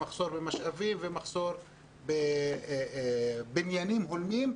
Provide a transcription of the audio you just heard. ממחסור במשאבים ומחסור בבניינים הולמים,